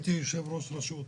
עת הייתי יושב ראש רשות.